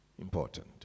important